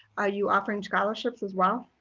are you offering scholarships as well?